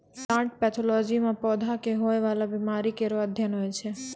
plant pathology म पौधा क होय वाला बीमारी केरो अध्ययन होय छै